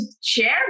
share